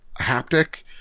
haptic